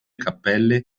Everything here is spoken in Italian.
cappelle